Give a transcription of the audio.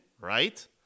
right